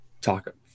talk